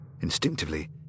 Instinctively